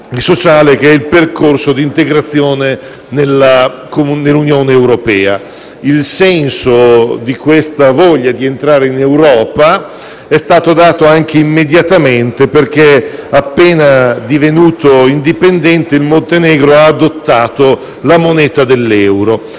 dal percorso d'integrazione nell'Unione europea. Il senso di questo desiderio di entrare in Europa è stato dato immediatamente perché, appena divenuto indipendente, il Montenegro ha adottato l'euro.